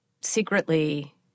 secretly